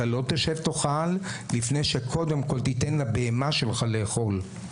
אתה לא תשב ותאכל לפני שקודם כול תיתן לבהמה שלך לאכול.